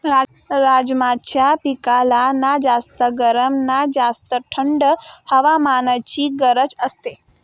राजमाच्या पिकाला ना जास्त गरम ना जास्त थंड हवामानाची गरज असते